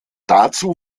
dazu